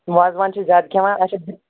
وازوان چھِ زیادٕ کھٮ۪وان اچھا